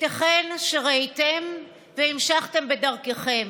ייתכן שראיתם והמשכתם בדרככם.